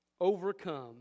Overcome